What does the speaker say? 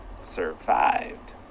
survived